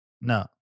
No